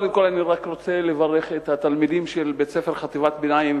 קודם כול אני רק רוצה לברך את תלמידי חטיבת הביניים